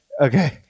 Okay